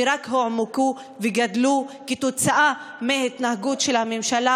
שרק הועמקו וגדלו כתוצאה מההתנהגות של הממשלה